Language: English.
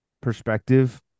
perspective